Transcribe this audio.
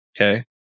Okay